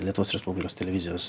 lietuvos respublikos televizijos